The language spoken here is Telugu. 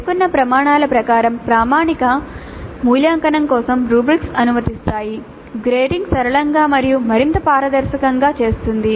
పేర్కొన్న ప్రమాణాల ప్రకారం ప్రామాణిక మూల్యాంకనం కోసం రుబ్రిక్స్ అనుమతిస్తాయి గ్రేడింగ్ సరళంగా మరియు మరింత పారదర్శకంగా చేస్తుంది